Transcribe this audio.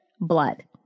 blood